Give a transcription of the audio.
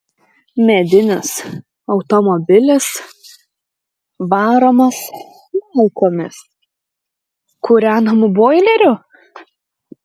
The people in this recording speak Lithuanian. medinis automobilis varomas malkomis kūrenamu boileriu